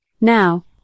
Now